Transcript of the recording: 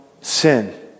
sin